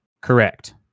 correct